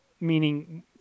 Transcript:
Meaning